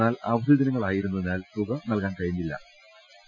എന്നാൽ അവധി ദിനങ്ങളായിരുന്നതിനാൽ തുക നൽകാൻ കഴിഞ്ഞി രുന്നില്ല